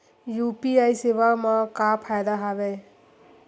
UPI सेवा मा का फ़ायदा हवे?